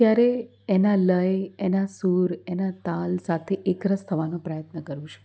ત્યારે એના લય એના સૂર એના તાલ સાથે એકરસ થવાનો પ્રયત્ન કરું છું